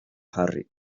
jarri